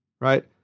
right